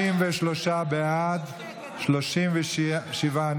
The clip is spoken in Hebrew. התשפ"ג 2023, לא